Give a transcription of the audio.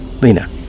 Lena